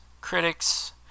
critics